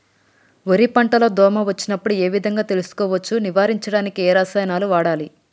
వరి పంట లో దోమ వచ్చినప్పుడు ఏ విధంగా తెలుసుకోవచ్చు? నివారించడానికి ఏ రసాయనాలు వాడాలి?